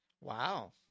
Wow